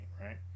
right